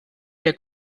der